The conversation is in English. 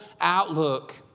outlook